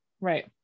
Right